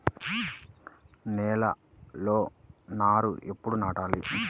నేలలో నారు ఎప్పుడు నాటాలి?